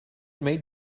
made